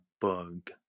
bug